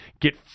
Get